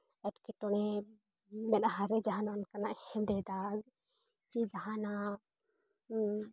ᱮᱴᱠᱮᱴᱚᱬᱮ ᱢᱮᱸᱫᱦᱟ ᱨᱮ ᱚᱱᱠᱟᱱᱟᱜ ᱡᱟᱦᱟᱱᱟᱜ ᱚᱱᱠᱟᱱᱟᱜ ᱦᱮᱸᱫᱮ ᱫᱟᱜᱽ ᱪᱮ ᱡᱟᱦᱟᱱᱟᱜ